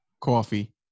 Coffee